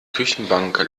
küchenbank